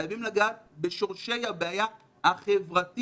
חייבים לגעת בשורשי הבעיה החברתית.